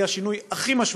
זה יהיה השינוי הכי משמעותי,